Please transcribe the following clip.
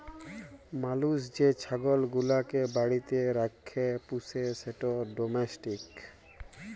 মালুস যে ছাগল গুলাকে বাড়িতে রাখ্যে পুষে সেট ডোমেস্টিক